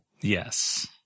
Yes